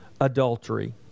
adultery